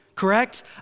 Correct